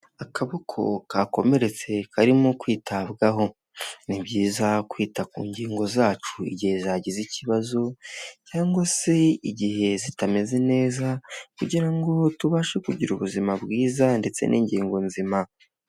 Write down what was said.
Akaboko kakomeretse karimo kwitabwaho ni byiza kwita ku ngingo zacu igihe zagize ikibazo cyangwa se igihe zitameze neza kugira ngo tubashe kugira ubuzima bwiza ndetse n'ingingo nzima.